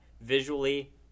Visually